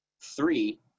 Three